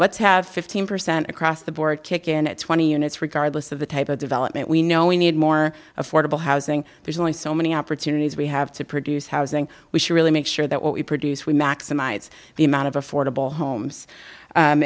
let's have fifteen percent across the board kick in at twenty units regardless of the type of development we know we need more affordable housing there's only so many opportunities we have to produce housing we should really make sure that what we produce we maximize the amount of affordable homes